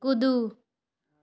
कूदू